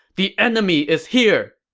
the enemy is here!